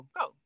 go